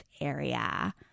area